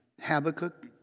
Habakkuk